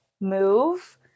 move